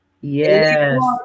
Yes